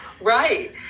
Right